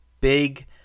big